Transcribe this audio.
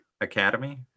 Academy